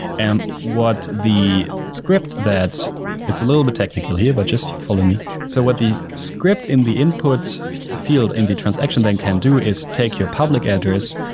and what the script that it's a little but technical here, but just follow me. so what the script in the input field in the transaction then can do is take your public address,